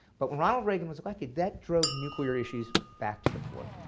but ronald reagan was elected, that drove nuclear issues back to the fore.